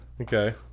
Okay